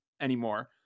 anymore